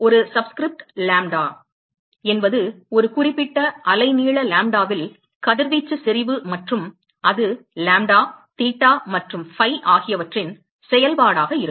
ஒரு subscript lambda என்பது ஒரு குறிப்பிட்ட அலைநீள லாம்ப்டாவில் கதிர்வீச்சு செறிவு மற்றும் அது லாம்ப்டா தீட்டா மற்றும் ஃபை ஆகியவற்றின் செயல்பாடாக இருக்கும்